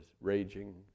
raging